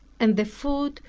and the food,